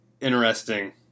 interesting